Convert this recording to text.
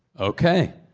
ok.